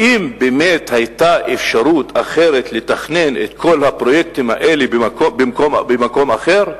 האם באמת היתה אפשרות לתכנן את כל הפרויקטים האלה במקום אחר?